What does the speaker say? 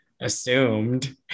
assumed